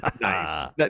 Nice